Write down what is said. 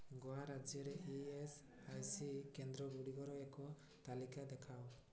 ଗୋଆ ରାଜ୍ୟରେ E S I C କେନ୍ଦ୍ରଗୁଡ଼ିକର ଏକ ତାଲିକା ଦେଖାଅ